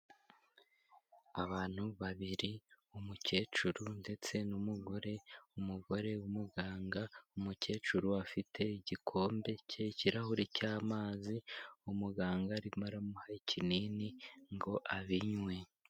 Abantu babiri umukecuru ndetse n'umugore, umugore w'umuganga, umukecuru afite igikombe k'ikirahure cy'amazi, umuganga arimo aramuha ikinini ngo abinywe.